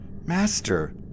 master